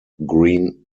green